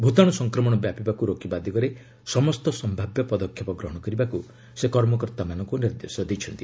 ଭୂତାଣୁ ସଂକ୍ରମଣ ବ୍ୟାପିବାକୁ ରୋକିବା ଦିଗରେ ସମସ୍ତ ସମ୍ଭାବ୍ୟ ପଦକ୍ଷେପ ଗ୍ରହଣ କରିବାକୁ ସେ କର୍ମକର୍ତ୍ତାମାନଙ୍କୁ ନିର୍ଦ୍ଦେଶ ଦେଇଛନ୍ତି